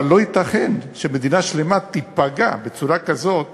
אבל לא ייתכן שמדינה שלמה תיפגע בצורה כזאת